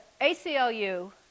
ACLU